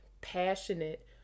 passionate